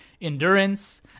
endurance